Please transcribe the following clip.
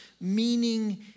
meaning